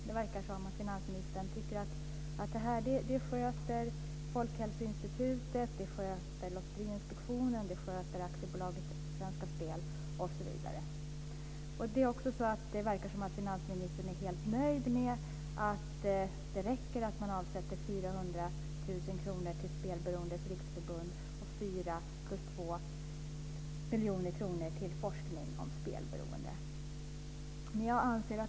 Det verkar som om finansministern tycker att detta sköts av Folkhälsoinstitutet, Lotteriinspektionen, AB Svenska Spel osv. Det verkar som om finansministern tycker att det räcker att man avsätter Jag anser att det behövs något mer.